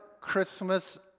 Christmas